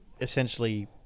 essentially